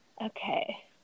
Okay